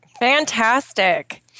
Fantastic